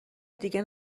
دیگه